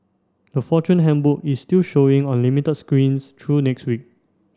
the Fortune Handbook is still showing on limited screens through next week